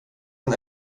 kan